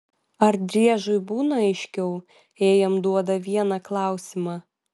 ar driežui būna aiškiau jei jam duoda vieną klausimą